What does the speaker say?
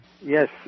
Yes